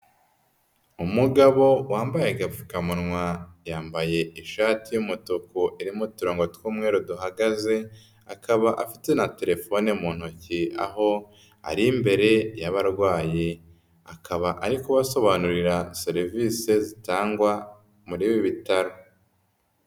Umugabo wambaye agapfukamunwa, yambaye ishati y'umutuku irimo uturango tw'umweru duhagaze, akaba afite na telefone mu ntoki aho ari imbere y'abarwayi. Akaba ari kubasobanurira serivisi zitangwa muri ibi bitaro.